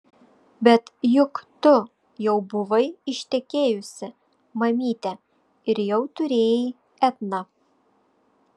bet juk tu jau buvai ištekėjusi mamyte ir jau turėjai etną